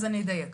אז אני אדייק.